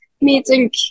Meeting